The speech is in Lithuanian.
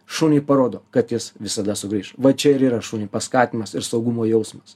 šuniui parodo kad jis visada sugrįš va čia ir yra šuniui paskatinimas ir saugumo jausmas